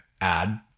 add